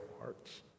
hearts